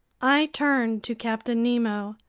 i turned to captain nemo.